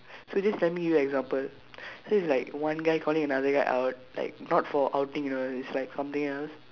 so just let me give you an example so is like one guy calling another guy out like not for outing you know it's like something else